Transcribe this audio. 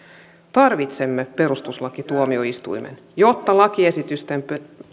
tarvitsemme perustuslakituomioistuimen jotta lakiesitysten